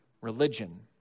religion